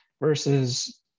versus